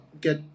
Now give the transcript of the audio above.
get